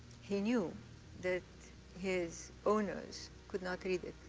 he knew that his owners could not read it.